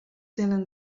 tenen